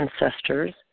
ancestors